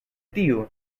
tiu